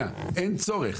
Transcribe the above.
שנייה, אין צורך.